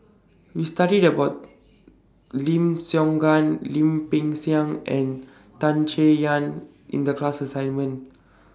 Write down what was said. We studied about Lim Siong Guan Lim Peng Siang and Tan Chay Yan in The class assignment